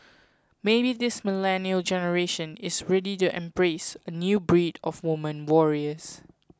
maybe this millennial generation is ready to embrace a new breed of women warriors